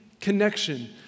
connection